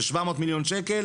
זה שבע מאות מיליון שקל,